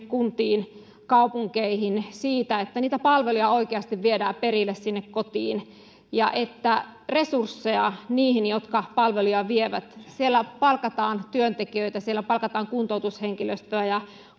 kuntiin kaupunkeihin siitä että niitä palveluja oikeasti viedään perille sinne kotiin ja että on resursseja niille jotka palveluja vievät siellä palkataan työntekijöitä siellä palkataan kuntoutushenkilöstöä ja